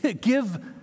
give